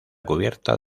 cubierta